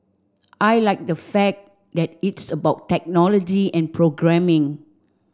I like the fact that it's about technology and programming